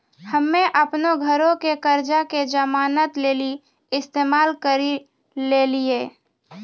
हम्मे अपनो घरो के कर्जा के जमानत लेली इस्तेमाल करि लेलियै